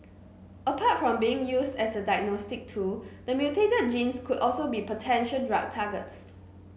apart from being used as a diagnostic tool the mutated genes could also be potential drug targets